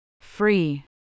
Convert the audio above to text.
Free